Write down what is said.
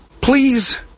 please